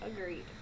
Agreed